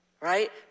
right